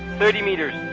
thirty metres.